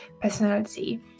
personality